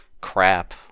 crap